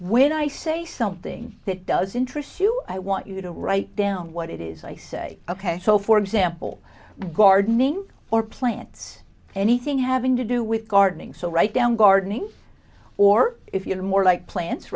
when i say something that does interest you i want you to write down what it is i say ok so for example gardening or plants anything having to do with gardening so write down gardening or if you're more like plants